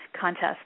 contest